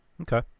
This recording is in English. Okay